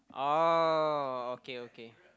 oh okay okay